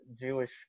Jewish